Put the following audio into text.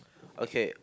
okay